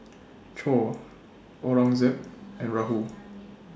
Choor Aurangzeb and Rahul